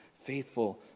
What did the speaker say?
faithful